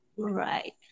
Right